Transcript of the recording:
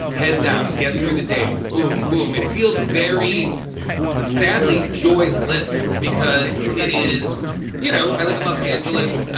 head down, get through the days. boom, boom. it feels very sadly. joy lists because it is you know, i live in los angeles.